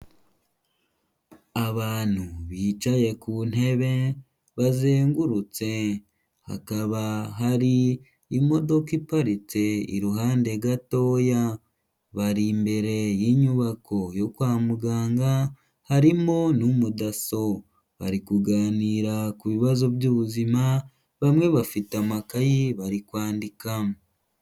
Abantu bicaye ku ntebe, bazengurutse, hakaba hari imodoka iparitse iruhande gatoya, bari imbere y'inyubako yo kwa muganga, harimo n'umudaso, bari kuganira ku bibazo by'ubuzima, bamwe bafite amakayi bari kwandika.